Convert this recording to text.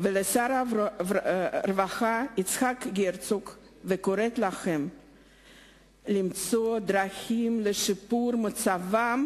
ולשר הרווחה יצחק הרצוג וקוראת להם למצוא דרכים לשיפור מצבם